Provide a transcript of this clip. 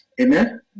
Amen